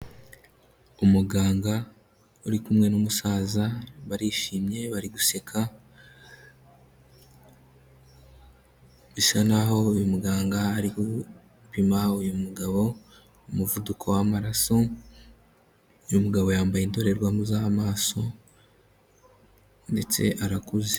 Umuganga uri kumwe n'umusaza barishimye bari guseka, bisa n'aho uyu muganga ari gupima uyu mugabo umuvuduko w'amaraso, uyu mugabo yambaye indorerwamo z'amaso ndetse arakuze.